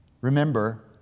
Remember